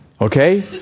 okay